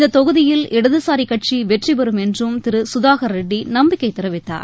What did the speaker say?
இந்த தொகுதியில் இடதுசாரிக் கட்சி வெற்றிபெறும் என்றும் திரு கதாகர் ரெட்டி நம்பிக்கைத் தெரிவித்தார்